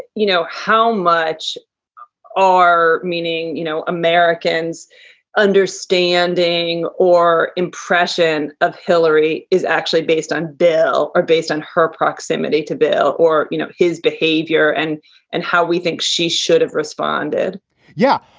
you know, how much are meaning, you know, americans understanding or impression of hillary is actually based on bill or based on her proximity to bill or, you know, his behavior and and how we think she should have responded yeah.